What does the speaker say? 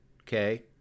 Okay